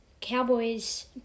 Cowboys